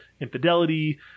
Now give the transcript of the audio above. infidelity